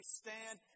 stand